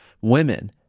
women